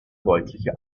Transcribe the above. deutliche